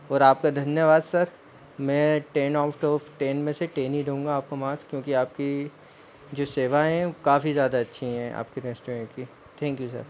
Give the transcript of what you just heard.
और आपका धन्यवाद सर मैं टेन आउट ऑफ टेन में से टेन ही दूंगा आपका मार्क्स क्योंकि आपकी जो सेवा काफ़ी ज़्यादा अच्छी है आपकी रेस्टोरेंट की थैंक यू सर